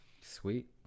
Sweet